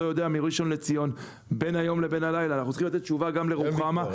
יודע מראשון לציון אנחנו צריכים לתת תשובה גם לרוחמה,